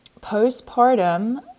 postpartum